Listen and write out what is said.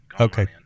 Okay